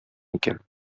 икән